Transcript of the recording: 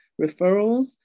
referrals